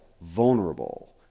vulnerable